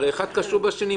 הרי אחד קשור לשני.